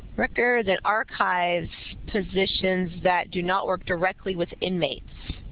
records and archives positions that do not work directly with inmates?